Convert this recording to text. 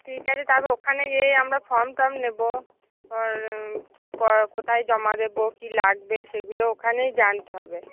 ঠিক আছে তাহলে ওখানে গিয়ে আমরা ফর্ম টর্ম নেবো তারপর কি কোথায় জমা দেব কি লাগবে সেগুলো ওখানেই জানতে হবে